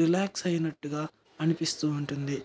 relax అయినట్టుగా అనిపిస్తూ ఉంటుంది